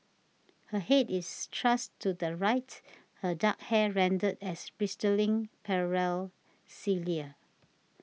her head is thrust to the right her dark hair rendered as bristling parallel cilia